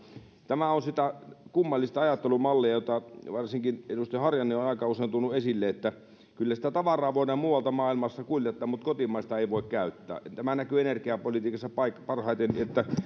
tämä on sitä kummallista ajattelumallia jota varsinkin edustaja harjanne on on aika usein tuonut esille että kyllä sitä tavaraa voidaan muualta maailmasta kuljettaa mutta kotimaista ei voi käyttää tämä näkyy energiapolitiikassa parhaiten että